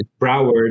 Broward